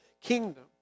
kingdom